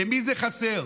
למי זה חסר?